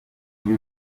gli